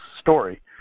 story